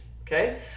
okay